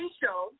show